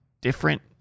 different